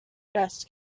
dust